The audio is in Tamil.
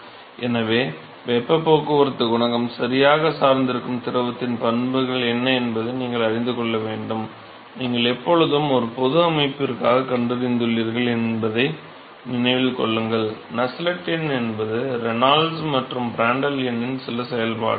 எனவே வெப்பப் போக்குவரத்துக் குணகம் சரியாகச் சார்ந்திருக்கும் திரவத்தின் பண்புகள் என்ன என்பதை நீங்கள் அறிந்து கொள்ள வேண்டும் நீங்கள் எப்பொழுதும் ஒரு பொது அமைப்பிற்காகக் கண்டறிந்துள்ளீர்கள் என்பதை நினைவில் கொள்ளுங்கள் நஸ்செல்ட் எண் என்பது Re மற்றும் Pr சில செயல்பாடுகள்